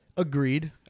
Agreed